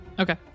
Okay